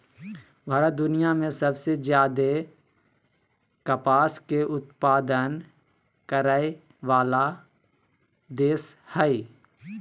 भारत दुनिया में सबसे ज्यादे कपास के उत्पादन करय वला देश हइ